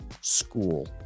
school